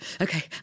okay